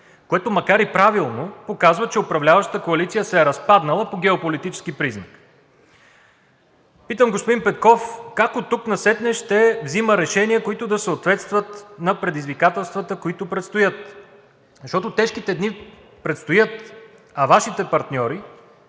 което, макар и правилно, показва, че управляващата коалиция се е разпаднала по геополитически признак. Питам господин Петков как оттук насетне ще взима решения, съответстващи на предизвикателствата, които предстоят? Защото тежките дни предстоят, а Вашите партньори